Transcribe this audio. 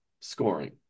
scoring